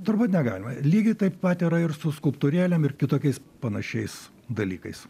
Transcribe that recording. turbūt negalima lygiai taip pat yra ir su skulptūrėlėm ir kitokiais panašiais dalykais